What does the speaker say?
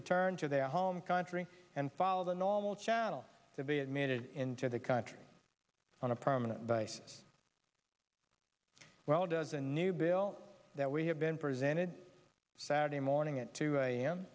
return to their home country and follow the normal channel to be admitted into the country on a permanent basis well does a new bill that we have been presented saturday morning at two a